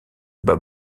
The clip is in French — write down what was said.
bat